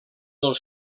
del